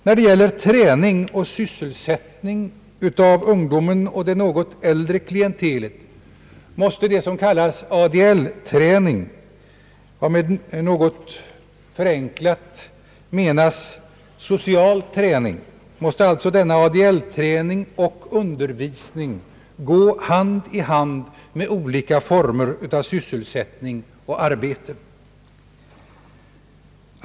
När det gäller träning och sysselsättning av ungdomen och det något äldre klientelet måste ADL-träning — varmed något förenklat avses social träning — och undervisning gå hand i hand med olika former av sysselsättning och arbete.